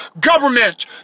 government